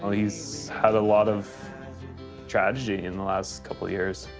he's had a lot of tragedy in the last couple years,